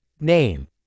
name